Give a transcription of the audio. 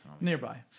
Nearby